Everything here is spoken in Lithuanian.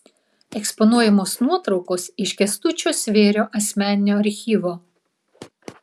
eksponuojamos nuotraukos iš kęstučio svėrio asmeninio archyvo